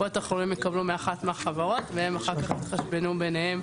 או הם יקבלו מאחת החברות והם אחר כך יחשבנו ביניהם.